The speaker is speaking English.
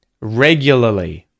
regularly